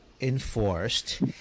enforced